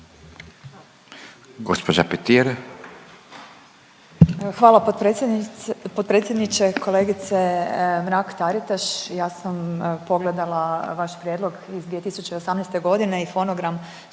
(Nezavisni)** Hvala potpredsjedniče, kolegice Mrak-Taritaš. Ja sam pogledala vaš prijedlog iz 2018. i fonogram,